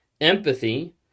empathy